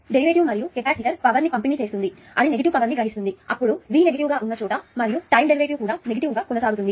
derivative మరియు capacitor power ని పంపిణీ చేస్తుంది అది నెగిటివ్ పవర్ ని గ్రహిస్తుంది అప్పుడు V నెగిటివ్ గా ఉన్న చోట మరియు టైం డెరివేటివ్ కూడా నెగిటివ్ గా కొనసాగుతుంది